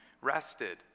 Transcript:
rested